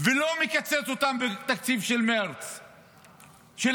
ולא מקצץ אותם מהתקציב של מרץ 2024,